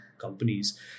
companies